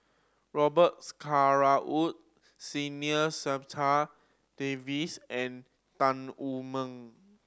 Robet Carr Woods Senior Davies and Tan Wu Meng